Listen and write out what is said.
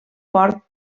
port